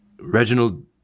Reginald